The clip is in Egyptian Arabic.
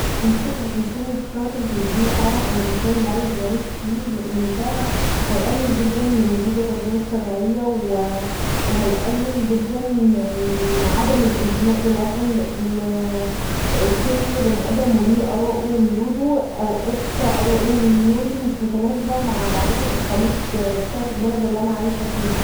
من حق الإنسان يختار البيئه او المكان اللي عايز يعيش فيه لان دا هيقلل جدا من الهجره الغير شرعيه و هيقلل جدا من عدم الانتماء للوطن لان كل بني ادم له ارائه و ميوله و اوقات ارائي و ميولي مش متناسبه مع عادات و تقاليد البلد اللي أنا عايشه فيها